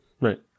right